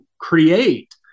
create